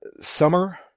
summer